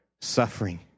suffering